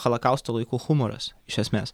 holokausto laikų humoras iš esmės